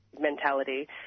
mentality